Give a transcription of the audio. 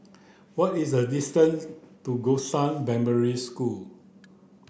what is the distance to Gongshang Primary School